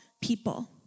people